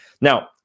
Now